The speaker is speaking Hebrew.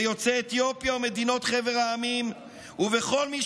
ביוצאי אתיופיה ומדינות חבר העמים ובכל מי